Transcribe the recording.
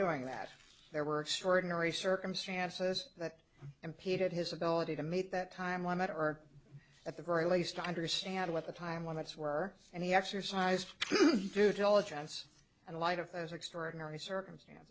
doing that there were extraordinary circumstances that impeded his ability to meet that time limit or at the very least to understand what the time limits were and he exercised due diligence and light of as extraordinary circumstance